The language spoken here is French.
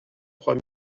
trois